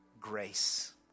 grace